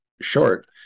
short